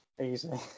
easily